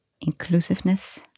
inclusiveness